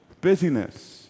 busyness